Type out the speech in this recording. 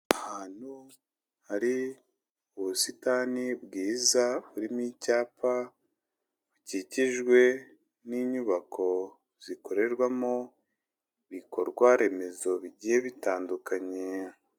Ahantu hari ubusitani bwiza, burimo icyapa, bukikijwe n'inyubako zikorerwamo ibikorwa remezo bigiye bitandukanye.